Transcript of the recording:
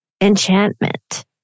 enchantment